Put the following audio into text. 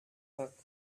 book